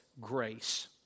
grace